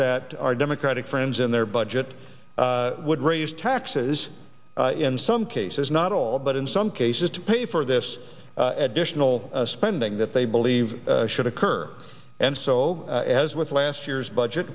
that our democratic friends in their budget would raise taxes in some cases not all but in some cases to pay for this additional spending that they believe should occur and so as with last year's budget